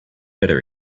better